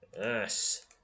Yes